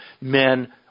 Men